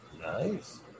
Nice